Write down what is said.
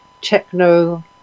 techno